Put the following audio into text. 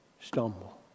stumble